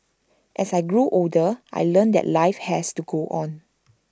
as I grew older I learnt that life has to go on